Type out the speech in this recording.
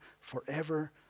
forever